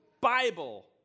Bible